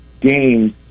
games